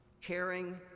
caring